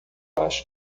acho